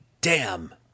Damn